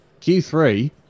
Q3